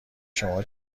شما